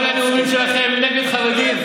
כל הנאומים שלכם הם נגד חרדים.